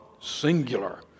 singular